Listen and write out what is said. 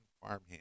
farmhand